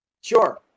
sure